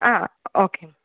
ah okay ma'am